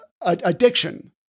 addiction